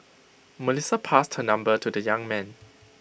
Melissa passed her number to the young man